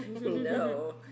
No